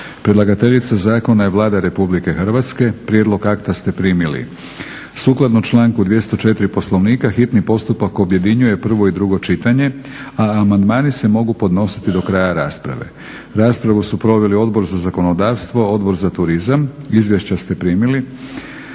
Predlagateljica zakone je Vlada RH. Prijedlog akta ste primili. Sukladno članku 204. Poslovnika hitni postupak objedinjuje prvo i drugo čitanje, a amandmani se mogu podnositi do kraja rasprave. Raspravu su proveli Odbor za zakonodavstvo, Odbor za turizam. Izvješća ste primili.